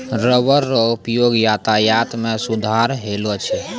rubber रो उपयोग यातायात मे सुधार अैलौ छै